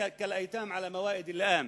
"כאלאיתאם עלא מואיד אלליאם",